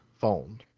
phone